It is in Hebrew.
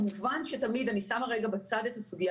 כמובן שתמיד אני שמה רגע בצד את הסוגיה